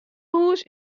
hús